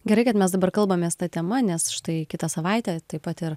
gerai kad mes dabar kalbamės ta tema nes štai kitą savaitę taip pat ir